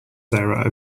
sarah